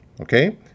okay